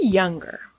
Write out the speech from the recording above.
younger